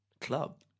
club